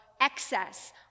excess